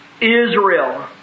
Israel